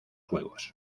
juegos